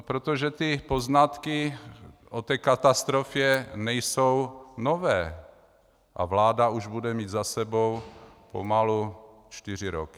Protože poznatky o té katastrofě nejsou nové a vláda už bude mít za sebou pomalu čtyři roky.